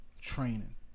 training